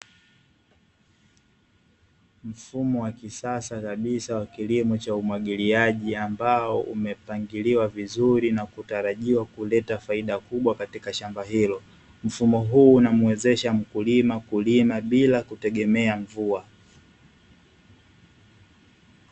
Mfumo wa kisasa kabisa wa kilimo cha umwagiliaji ambao umepangiliwa vizuri na kutarajiwa kuleta faida kubwa katika shamba hilo, mfumo huu unamuezesha mkulima kulima bila kutegemea mvua.